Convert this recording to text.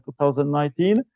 2019